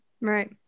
Right